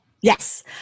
Yes